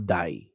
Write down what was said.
die